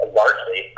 largely